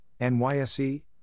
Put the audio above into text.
NYSE